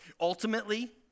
Ultimately